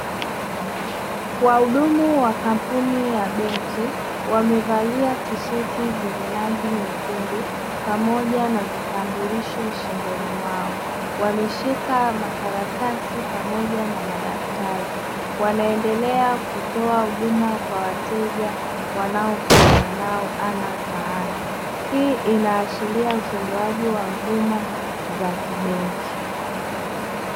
Wahudumu wa kampuni ya benki wamevalia tisheti zenye rangi nyekundu pamoja na vitambulisho shingoni mwao. Wameshika makaratasi pamoja na madaftari. Wanaendelea kutoa huduma kwa wateja wanaokutana nao ana kwa ana. Hii inaashiria utolewaji wa huduma za kibenki.